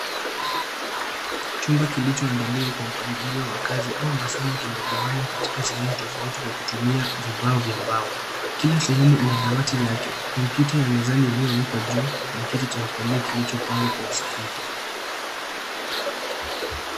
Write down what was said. Chumba kilichoandaliwa kwa mpangilio wa kazi au masomo kimegaganywa katika sehemu tofauti kwa kutumia vibao vya mbao. Kila sehemu ina dawati lake, kompyuta ya mezani iliyowekwa juu na kiti cha kukalia kilichopangwa kwa usahihi.